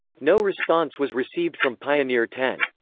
no response was received from pioneer ten.